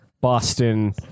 Boston